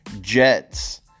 Jets